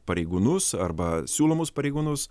pareigūnus arba siūlomus pareigūnus